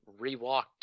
rewalked